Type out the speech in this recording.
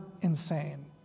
insane